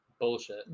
bullshit